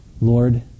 Lord